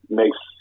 makes